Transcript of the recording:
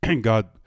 God